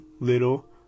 little